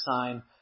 sign